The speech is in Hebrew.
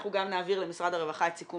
אנחנו גם נעביר למשרד הרווחה את סיכום